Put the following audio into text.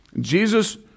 Jesus